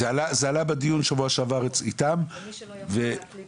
זה עלה בדיון שבוע שעבר איתם ו- ומי שלא יכול להקליד